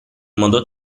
modo